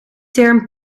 term